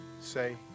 say